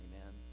Amen